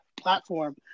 platform